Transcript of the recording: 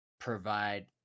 provide